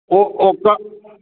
ओ ओ तऽ